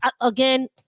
again